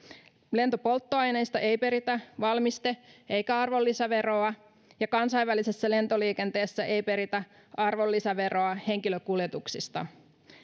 lentopolttoaineista ei peritä valmiste eikä arvonlisäveroa ja kansainvälisessä lentoliikenteessä ei peritä arvonlisäveroa henkilökuljetuksista